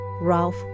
Ralph